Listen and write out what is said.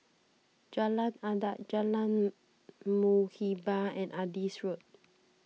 Jalan Adat Jalan Muhibbah and Adis Road